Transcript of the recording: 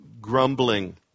grumbling